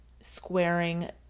squaring